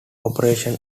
operation